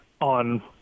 on